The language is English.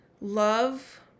love